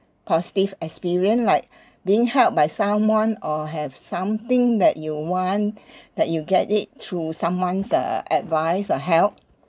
positive experience like being helped by someone or have something that you want that you get it through someone's uh advice or help